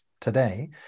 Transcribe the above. today